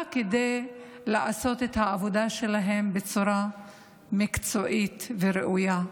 כדי לעשות את העבודה שלהם בצורה מקצועית וראויה.